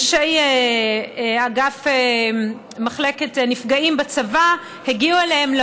אנשי מחלקת נפגעים בצבא הגיעו אליהם,